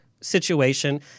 Situation